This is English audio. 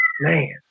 Man